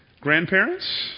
Grandparents